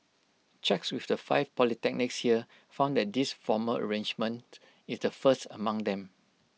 checks with the five polytechnics here found that this formal arrangement is the first among them